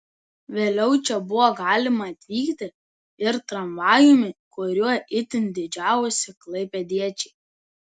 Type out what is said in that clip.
vėliau čia buvo galima atvykti ir tramvajumi kuriuo itin didžiavosi klaipėdiečiai